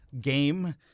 game